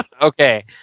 Okay